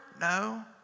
No